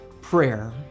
prayer